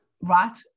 right